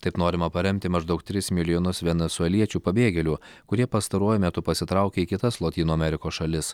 taip norima paremti maždaug tris milijonus venesueliečių pabėgėlių kurie pastaruoju metu pasitraukė į kitas lotynų amerikos šalis